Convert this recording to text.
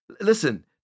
Listen